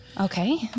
Okay